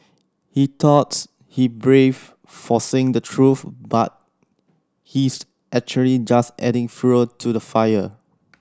he thoughts he brave for saying the truth but he's actually just adding fuel to the fire